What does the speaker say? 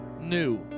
new